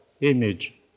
image